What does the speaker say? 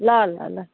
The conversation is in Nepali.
ल ल ल